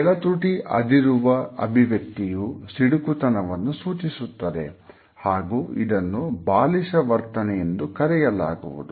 ಕೆಳತುಟಿ ಅದಿರುವ ಅಭಿವ್ಯಕ್ತಿಯೂ ಸಿಡುಕುತನವನ್ನು ಸೂಚಿಸುತ್ತದೆ ಹಾಗೂ ಇದನ್ನು ಬಾಲಿಶ ವರ್ತನೆಯನ್ನು ಕರೆಯಲಾಗುವುದು